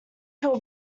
he’ll